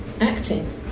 acting